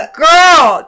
girl